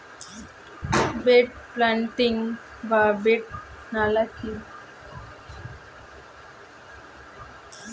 Bed planting বা bed নালা কি?